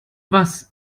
was